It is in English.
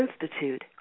Institute